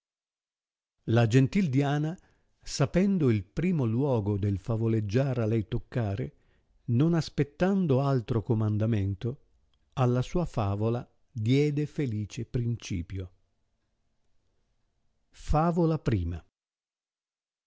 la gentil diana sapendo il primo luogo del favoleggiar a lei toccare non aspettando altro comandamento alla sua favola diede felice principio favola i